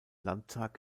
landtag